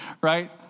right